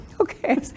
Okay